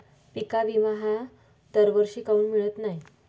पिका विमा हा दरवर्षी काऊन मिळत न्हाई?